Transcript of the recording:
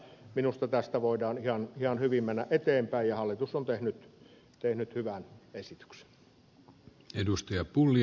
minusta tästä voidaan ihan hyvin mennä eteenpäin ja hallitus on tehnyt hyvän esityksen